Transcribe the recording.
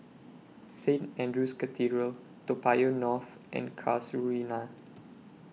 Saint Andrew's Cathedral Toa Payoh North and Casuarina